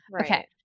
okay